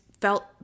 felt